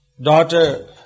daughter